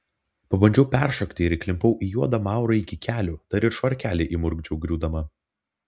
pabandžiau peršokti ir įklimpau į juodą maurą iki kelių dar ir švarkelį įmurkdžiau griūdama